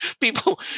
People